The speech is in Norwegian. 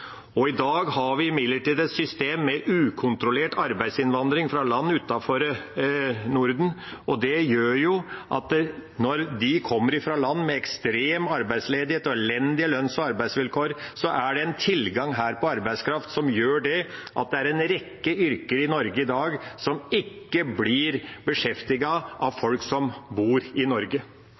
I dag har vi imidlertid et system med ukontrollert arbeidsinnvandring fra land utenfor Norden. Det gjør at når de kommer fra land med ekstrem arbeidsledighet og elendige lønns- og arbeidsvilkår, er det en tilgang på arbeidskraft her som gjør at en rekke yrker i Norge i dag ikke blir beskjeftiget av folk som bor i Norge.